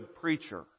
preacher